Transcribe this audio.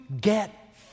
get